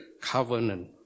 covenant